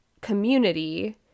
community